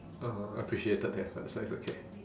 uh appreciated the effort so it's okay